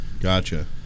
gotcha